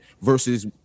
versus